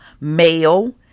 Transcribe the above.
male